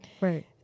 right